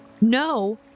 no